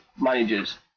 managers